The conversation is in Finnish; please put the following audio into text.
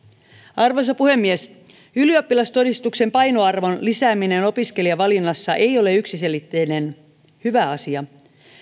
arvoisa puhemies ylioppilastodistuksen painoarvon lisääminen opiskelijavalinnassa ei ole yksiselitteisen hyvä asia